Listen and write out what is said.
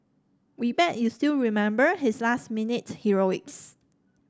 we bet you still remember his last minute heroics